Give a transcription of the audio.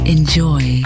Enjoy